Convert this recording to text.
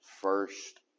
first